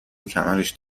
کمرش